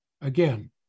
Again